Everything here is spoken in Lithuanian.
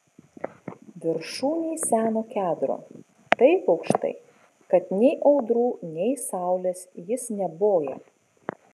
viršūnėj seno kedro taip aukštai kad nei audrų nei saulės jis neboja